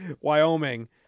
Wyoming